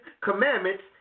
commandments